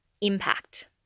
impact